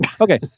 Okay